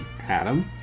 Adam